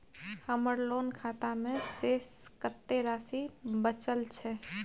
हमर लोन खाता मे शेस कत्ते राशि बचल छै?